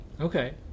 Okay